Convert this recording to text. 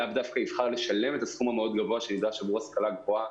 לאו דווקא יבחר לשלם את הסכום הגבוה שנדרש עבור השכלה גבוהה,